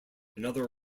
another